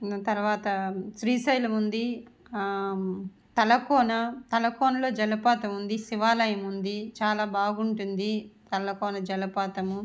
తర్వాత శ్రీశైలం ఉంది తలకోన తలకోనలో జలపాతం ఉంది శివాలయం ఉంది చాలా బాగుంటుంది తలకోన జలపాతం